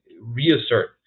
reassert